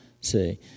see